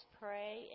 pray